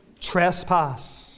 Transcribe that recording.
trespass